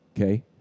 Okay